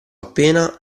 appena